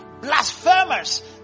Blasphemers